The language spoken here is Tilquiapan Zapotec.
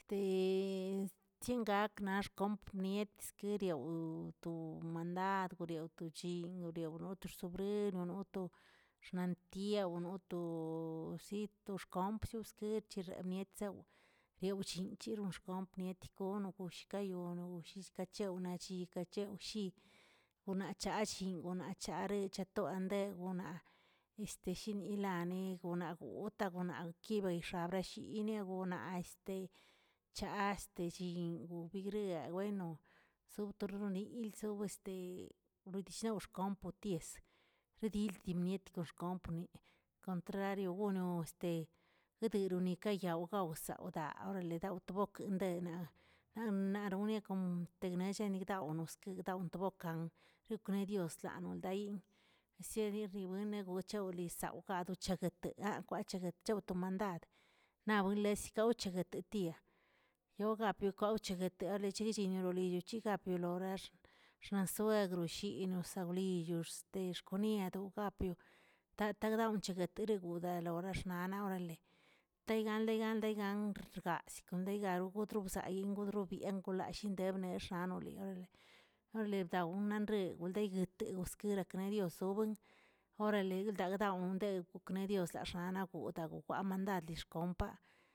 schingak naꞌ xkomp niet skiriaw to mandad, o to chin wriawno xtosobrin, wno to xnantiew, wno to si to xkompcho, skechexemietzaꞌo rewchincheroo xkomp nieticono konshegaayono washiz kacheo naꞌ chiꞌ kachewꞌ shi, wnachaꞌch llin wna chareꞌ chatoꞌo adengonaꞌ shi ilaneꞌ gonaꞌ gotaꞌ gonaꞌ kibrashayishini ganaꞌ chaa este chiyibrig bueno, sob torronilə sobə este wirdishaoz xkompo tizə zi dil timiet xkompo, komtrario gonoꞌ yidirinoꞌ ka yao gao zaodaꞌ orale wdao to bok ndeꞌnaꞌ naꞌnan noriaꞌ kom tegchenigawnis wdaw to bokan gokle chioschano dayi, sieni ribieni gochaꞌ wliꞌsao gadochegueteꞌ a kwaꞌ cheguet chawꞌ to mandad, naꞌ boles gawcheguetə dia yogat bio gowcheguete arechiirilonichi' gapyolorex, xa suegrw shiyinisowliyoxs dexd xkoñadoꞌ gapyo tatarao cheguet eregudgalaw xnaaꞌna orale, tegan legan legan rgaa'a zikon degaruu'udrusgayi ngudrubien gulallꞌemderm shaꞌa anoli oreale, orale badaw nanrew wldeguet de uskekarakre re dios sobuen. orale lgdaw gdawꞌ ndee okneꞌ diosaꞌ x̱anaꞌ gota womandad lix xkompmaꞌ.